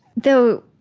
though,